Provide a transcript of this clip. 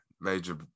Major